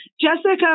Jessica